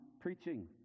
preaching